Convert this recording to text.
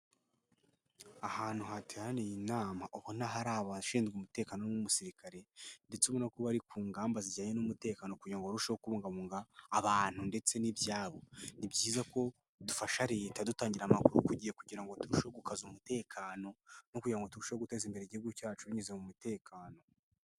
Ahantu hateraniye nama ubona hari abashinzwe umutekano n'umusirikare ndetse ubona ko bari ku ngamba zijyanye n'umutekano kugira ngo barusheho kubungabunga abantu ndetse n'ibyabo, ni byiza ko dufasha leta dutangira amakuru ku gihe kugira ngo turusheho gukaza umutekano no kugira kugirango ngo turushe guteza imbere igihugu cyacu binyuze mu mutekano.